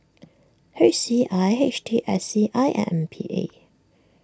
H C I H T S C I and M P A